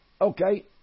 okay